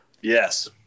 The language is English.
Yes